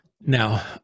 Now